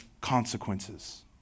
consequences